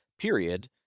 period